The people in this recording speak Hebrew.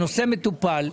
הנושא מטופל.